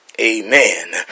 amen